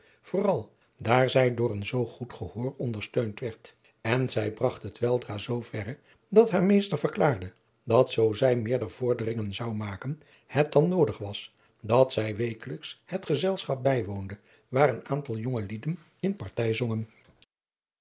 vooral daar zij door een zoo goed gehoor ondersteund werd en zij bragt het weldra zoo verre dat haar meester verklaarde dat zoo zij meerder vorderingen zou maken het dan noodig was dat zij wekelijks het gezelschap bijwoonde waar een aantal jonge lieden in partij